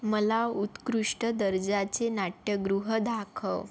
मला उत्कृष्ट दर्जाचे नाट्यगृह दाखव